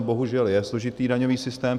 Bohužel je složitý daňový systém.